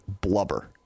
blubber